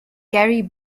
gary